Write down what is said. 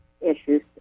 issues